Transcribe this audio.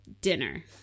dinner